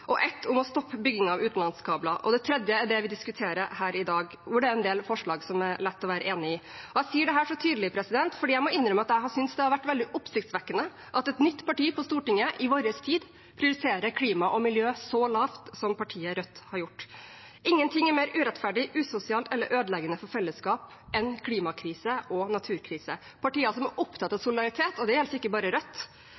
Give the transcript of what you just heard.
og ett om å stoppe bygging av utenlandskabler, og det tredje er det vi diskuterer her i dag, hvor det er en del forslag som det er lett å være enig i. Jeg sier dette så tydelig fordi jeg må innrømme at jeg synes det har vært veldig oppsiktsvekkende at et nytt parti på Stortinget i vår tid prioriterer klima og miljø så lavt som partiet Rødt har gjort. Ingenting er mer urettferdig, usosialt eller ødeleggende for fellesskap enn klimakrise og naturkrise. Partier som er opptatt av